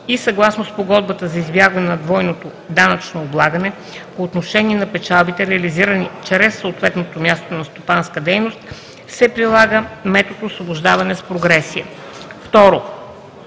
и съгласно спогодба за избягване на двойното данъчно облагане, по отношение на печалбите, реализирани чрез съответното място на стопанска дейност, се прилага метод „освобождаване с прогресия;